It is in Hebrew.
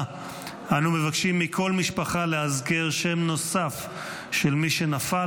אנו מבקשים מכל משפחה להזכיר פה שם נוסף של מי שנפל